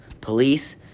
police